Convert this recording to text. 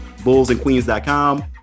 bullsandqueens.com